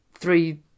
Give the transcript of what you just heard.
Three